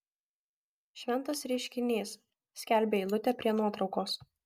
šventas reiškinys skelbia eilutė prie nuotraukos